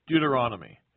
Deuteronomy